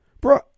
bro